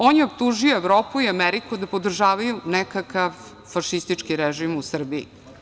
On je optužio Evropu i Ameriku da podržavaju nekakav fašistički režim u Srbiji.